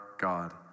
God